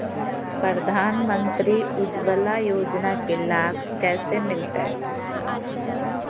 प्रधानमंत्री उज्वला योजना के लाभ कैसे मैलतैय?